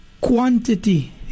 quantity